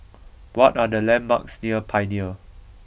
what are the landmarks near Pioneer